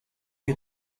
you